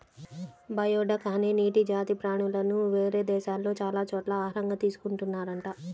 geoduck అనే నీటి జాతి ప్రాణులను వేరే దేశాల్లో చాలా చోట్ల ఆహారంగా తీసుకున్తున్నారంట